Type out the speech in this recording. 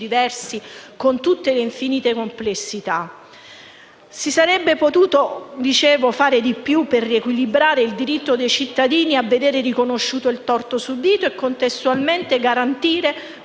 diversi, con tutte le loro infinite complessità? Si sarebbe potuto fare di più per riequilibrare il diritto dei cittadini a vedere riconosciuto il torto subito e, contestualmente, per garantire